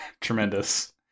Tremendous